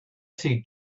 see